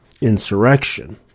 insurrection